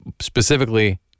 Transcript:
specifically